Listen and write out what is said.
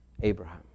Abraham